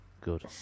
good